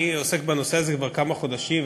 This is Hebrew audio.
אני עוסק בנושא הזה כבר כמה חודשים.